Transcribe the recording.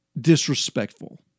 disrespectful